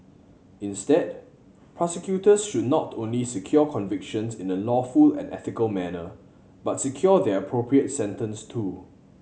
instead prosecutors should not only secure convictions in a lawful and ethical manner but secure the appropriate sentence too